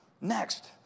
Next